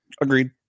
Agreed